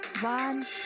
One